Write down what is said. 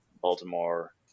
Baltimore